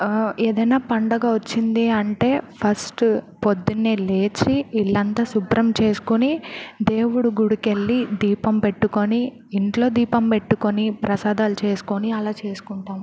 ఏదైనా పండుగ వచ్చింది అంటే ఫస్ట్ పొద్దున్నే లేచి ఇల్లంతా శుభ్రం చేసుకుని దేవుడు గుడికెళ్ళి దీపం పెట్టుకుని ఇంట్లో దీపం పెట్టుకుని ప్రసాదాలు చేసుకుని అలా చేసుకుంటాం